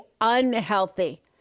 unhealthy